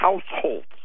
households